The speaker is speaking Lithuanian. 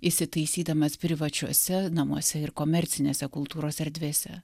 įsitaisydamas privačiuose namuose ir komercinėse kultūros erdvėse